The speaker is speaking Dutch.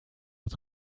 het